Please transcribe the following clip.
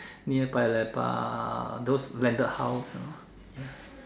near Paya Lebar those landed house you know ya